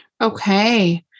Okay